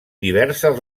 diverses